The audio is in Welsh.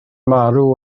marw